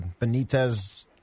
Benitez